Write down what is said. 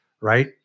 right